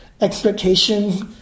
expectations